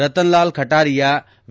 Ratan Lal Kataria V